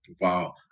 Wow